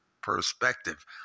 perspective